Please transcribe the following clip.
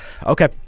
Okay